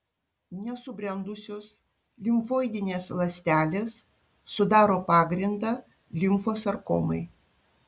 nesubrendusios limfoidinės ląstelės sudaro pagrindą limfosarkomai